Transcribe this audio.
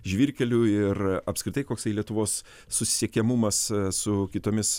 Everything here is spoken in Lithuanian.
žvyrkelių ir apskritai koksai lietuvos susisiekiamumas su kitomis